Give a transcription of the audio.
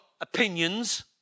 opinions